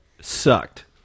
sucked